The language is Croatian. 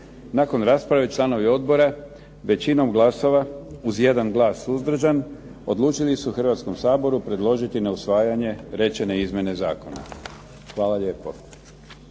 Nakon rasprave članovi odbora većinom glasova uz jedan glas suzdržan, odlučili su Hrvatskom saboru predložiti na usvajanje rečene izmjene zakona. Hvala lijepo.